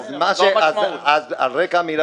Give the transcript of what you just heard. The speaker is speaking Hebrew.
ותלמדו ותתייחסו אליהם באופן פרטני,